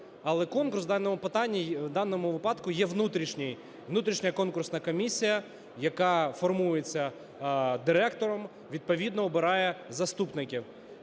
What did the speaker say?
питанні, в даному випадку є внутрішній. Внутрішня конкурсна комісія, яка формується директором, відповідно обирає заступників.